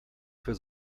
für